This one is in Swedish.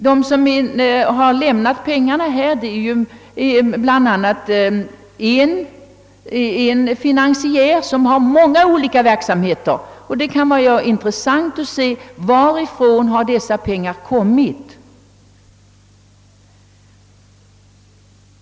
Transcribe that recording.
Den som lämnat pengarna är ju en finansiär med många olika verksamhetsområden, och det kan vara intressant att få veta från vilket område pengarna kommit.